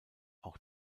auch